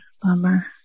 Bummer